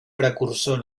precursor